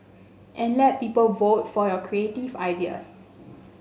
and let people vote for your creative ideas